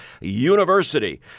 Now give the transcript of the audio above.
University